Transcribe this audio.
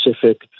Pacific